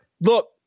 look